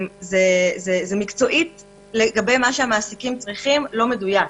זה מקצועית לגבי מה שהמעסיקים צריכים, לא מדויק.